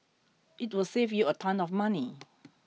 it will save you a ton of money